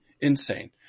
Insane